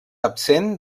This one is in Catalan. absent